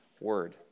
Word